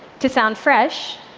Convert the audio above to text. to sound fresh,